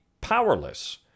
powerless